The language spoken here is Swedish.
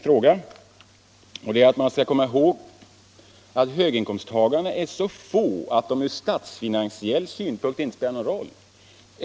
Dessutom skall man komma ihåg att höginkomsttagarna är så få att de från statsfinansiell synpunkt inte spelar någon roll.